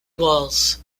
walls